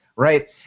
Right